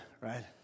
right